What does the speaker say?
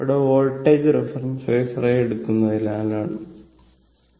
ഇവിടെ voltage reference ഫാസറായി എടുക്കുന്നതിനാലാണിത്